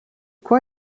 quoi